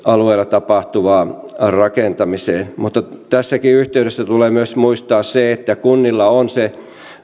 alueella tapahtuvaan rakentamiseen mutta tässäkin yhteydessä tulee myös muistaa että kunnilla on